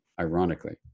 ironically